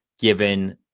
given